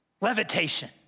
levitation